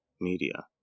media